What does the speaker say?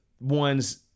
ones